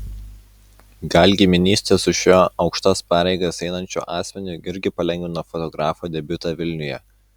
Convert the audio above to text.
gal giminystė su šiuo aukštas pareigas einančiu asmeniu irgi palengvino fotografo debiutą vilniuje